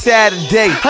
Saturday